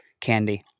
candy